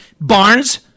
Barnes